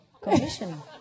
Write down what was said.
Commission